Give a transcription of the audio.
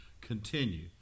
continue